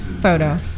photo